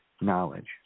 knowledge